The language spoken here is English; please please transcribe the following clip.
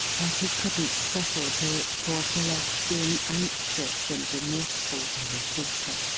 but he couldn't settle to it, poor fellow, being anxious and remorseful for his daughter.